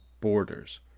borders